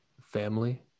family